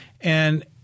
And-